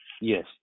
Yes